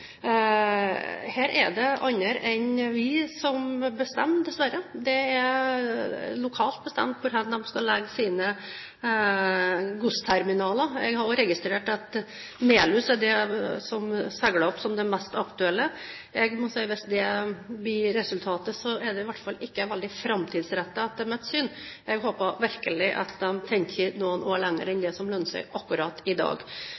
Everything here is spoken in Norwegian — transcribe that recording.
Her er det andre enn vi som bestemmer, dessverre. Det er lokalt bestemt hvor en skal ha sine godsterminaler. Jeg har også registrert at Melhus seiler opp som det mest aktuelle. Hvis det blir resultatet, er det i hvert fall ikke veldig framtidsrettet etter mitt syn. Jeg håper virkelig at de tenker noen år lenger enn det som lønner seg akkurat i dag.